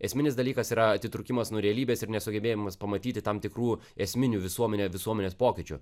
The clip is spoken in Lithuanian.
esminis dalykas yra atitrūkimas nuo realybės ir nesugebėjimas pamatyti tam tikrų esminių visuomene visuomenės pokyčių